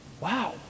Wow